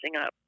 up